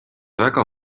väga